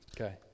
Okay